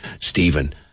Stephen